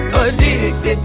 addicted